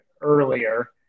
earlier